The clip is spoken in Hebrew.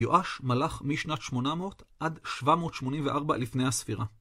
יואש מלך משנת 800 עד 784 לפני הספירה.